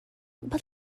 but